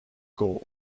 goal